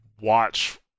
watch